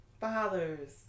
Fathers